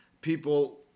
People